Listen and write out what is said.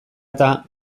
eta